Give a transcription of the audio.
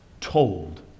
told